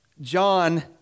John